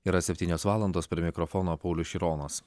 yra septynios valandos prie mikrofono paulius šironas